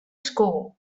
school